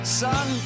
son